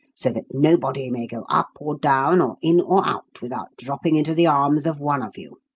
so that nobody may go up or down or in or out without dropping into the arms of one of you.